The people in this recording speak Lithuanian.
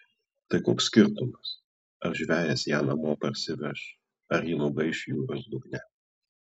tai koks skirtumas ar žvejas ją namo parsiveš ar ji nugaiš jūros dugne